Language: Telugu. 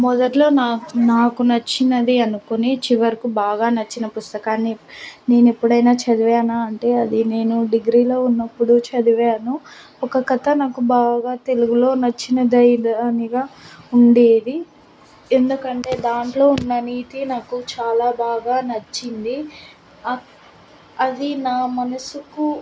మొదట్లో నా నాకు నచ్చింది అనుకుని చివరకు బాగా నచ్చిన పుస్తకాన్ని నేను ఎప్పుడైనా చదివానా అంటే అది నేను డిగ్రీలో ఉన్నప్పుడు చదివాను ఒక కథ నాకు బాగా తెలుగులో నచ్చినదైనదానిగా ఉండేది ఎందుకంటే దాంట్లో ఉన్న నీతి నాకు చాలా బాగా నచ్చింది అది నా మనసుకు